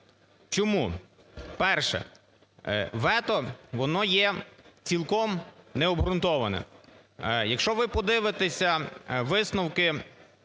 Чому? Перше. Вето воно є цілком необґрунтованим. Якщо ви подивитеся висновки